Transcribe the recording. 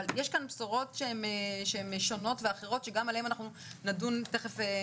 יש כאן בשורות שהן שונות ואחרות שגם עליהן אנחנו נדון בהמשך.